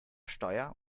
steuer